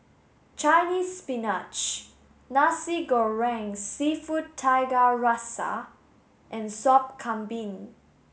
Chinese spinach Nasi Goreng seafood Tiga Rasa and Sop Kambing